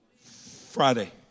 Friday